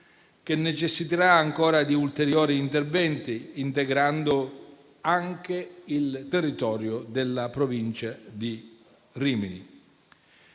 che necessiterà ancora di ulteriori interventi, integrando anche il territorio della provincia di Rimini.